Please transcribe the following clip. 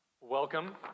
Welcome